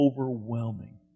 overwhelming